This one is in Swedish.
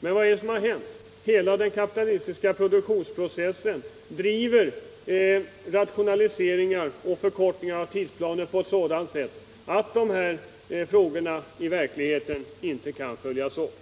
Men vad har hänt? Hela den kapitalistiska produktionsprocessen driver rationaliseringar och förkortningar av tidsplanen på ett sådant sätt att de här frågorna i verkligheten inte kan följas upp.